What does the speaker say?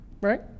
Right